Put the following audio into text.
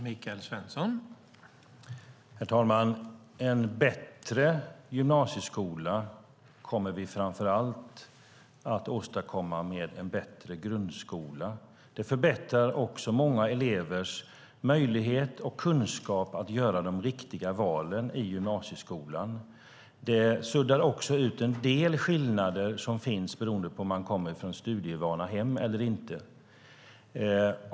Herr talman! En bättre gymnasieskola kommer vi framför allt att åstadkomma med en bättre grundskola. Det förbättrar många elevers möjlighet och kunskap att göra de riktiga valen i gymnasieskolan. Det suddar också ut en del skillnader som finns beroende på om man kommer från studievana hem eller inte.